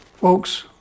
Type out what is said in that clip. Folks